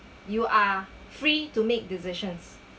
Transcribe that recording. you are free to make decisions